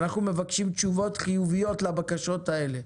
אנחנו מבקשים תשובות חיוביות לבקשות האלה,